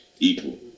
equal